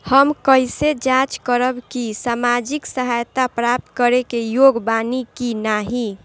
हम कइसे जांच करब कि सामाजिक सहायता प्राप्त करे के योग्य बानी की नाहीं?